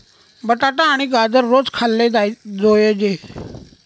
बटाटा आणि गाजर रोज खाल्ले जोयजे